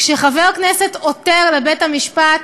כשחבר כנסת עותר לבית-המשפט,